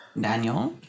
Daniel